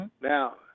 Now